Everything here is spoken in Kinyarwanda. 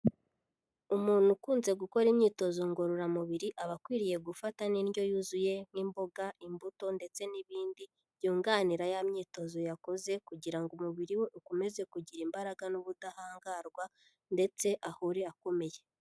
Umuntu ukunze gukora imyitozo ngororamubiri, aba akwiriye gufata n'indyo yuzuye, nk'imboga, imbuto ndetse n'ibindi byunganira ya myitozo yakoze kugira ngo umubiri we ukomeze kugira imbaraga n'ubudahangarwa ndetse ahore akomeye.